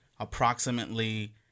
approximately